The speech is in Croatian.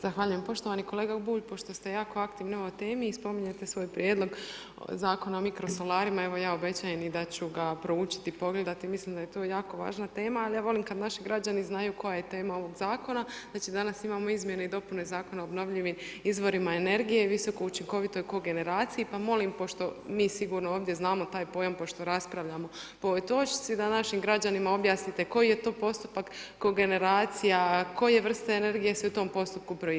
Zahvaljujem poštovani kolega Bulj, pošto ste jako aktivni na ovoj temi i spominjete svoj prijedlog Zakona o mikrosolarima, evo ja obećajem i da ću ga proučiti i pogledati, mislim da je to jako važna tema, al ja volim kad naši građani znaju koja je tema ovog Zakona, znači danas imamo Izmjene i dopune Zakona o obnovljivim izvorima energije, visokoučinkovitoj kogeneraciji, pa molim pošto mi sigurno ovdje znamo taj pojam pošto raspravljamo po ovoj točci, da našim građanima objasnite koji je to postupak kogeneracija, koje vrste energije se u tom postupku proizvode.